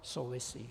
Souvisí.